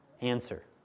answer